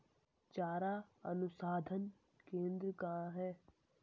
चारा अनुसंधान केंद्र कहाँ है?